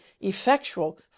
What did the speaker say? effectual